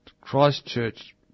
Christchurch